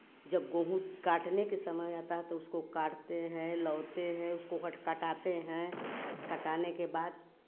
जब गेहूँ काटने के समय आता है तो उसको काटते हैं लाते हैं उसको कट कटाते हैं कटाने के बाद